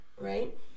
right